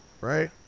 right